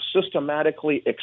systematically